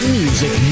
music